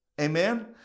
Amen